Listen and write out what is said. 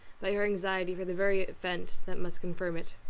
by her anxiety for the very event that must confirm it.